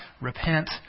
repent